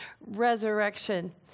resurrection